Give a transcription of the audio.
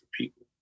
people